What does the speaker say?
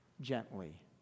gently